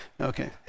okay